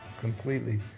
completely